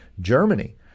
Germany